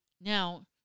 Now